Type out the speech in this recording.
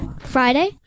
Friday